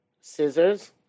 scissors